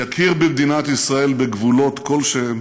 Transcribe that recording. יכיר במדינת ישראל בגבולות כלשהם